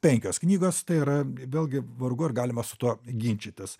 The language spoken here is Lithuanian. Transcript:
penkios knygos tai yra vėlgi vargu ar galima su tuo ginčytis